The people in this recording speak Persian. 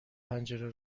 پنجره